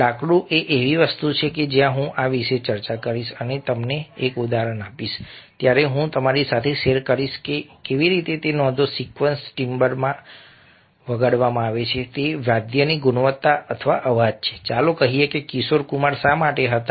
લાકડું એ એવી વસ્તુ છે કે જ્યાં હું આ વિશે ચર્ચા કરીશ અને તમને એક ઉદાહરણ આપીશ ત્યારે હું તમારી સાથે શેર કરી શકીશ કે કેવી રીતે નોંધો સિક્વન્સ ટીમ્બરમાં વગાડવામાં આવે છે તે વાદ્યની ગુણવત્તા અથવા અવાજ છે ચાલો કહીએ કે કિશોર કુમાર શા માટે હતા